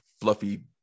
fluffy